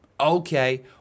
Okay